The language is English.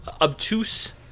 obtuse –